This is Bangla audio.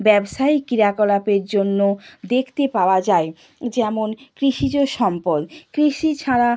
ব্যবসায়িক ক্রীয়াকলাপের জন্য দেখতে পাওয়া যায় যেমন কৃষিজ সম্পদ কৃষি ছাড়া